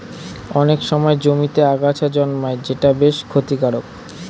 অনেক সময় জমিতে আগাছা জন্মায় যেটা বেশ ক্ষতিকারক